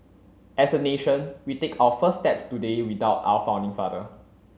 as a nation we take our first steps today without our founding father